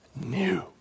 new